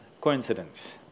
coincidence